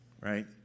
right